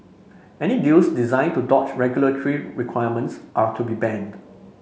any deals designed to dodge regulatory requirements are to be banned